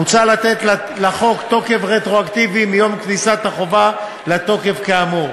מוצע לתת לחוק תוקף רטרואקטיבי מיום כניסת החובה לתוקף כאמור.